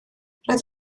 roedd